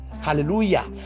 hallelujah